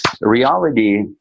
reality